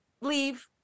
leave